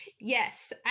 Yes